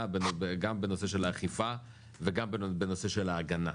גם בנושא של האכיפה וגם בנושא של ההגנה,